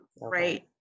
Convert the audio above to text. right